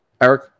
Eric